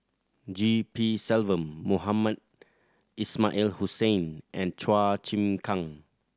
G P Selvam Mohamed Ismail Hussain and Chua Chim Kang